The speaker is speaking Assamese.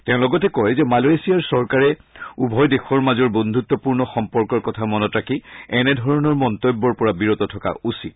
তেওঁ লগতে কয় যে মালয়েছিয়াৰ চৰকাৰে উভয় দেশৰ মাজৰ বন্ধুত্বপূৰ্ণ সম্পৰ্কৰ কথা মনত ৰাখি এনেধৰণৰ মন্তব্যৰ পৰা বিৰত থকা উচিত